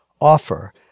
offer